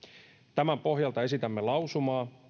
tämän pohjalta esitämme lausumaa